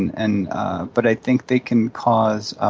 and but i think they can cause,